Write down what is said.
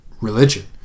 religion